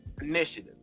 Initiative